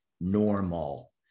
normal